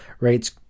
rates